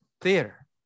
theater